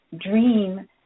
dream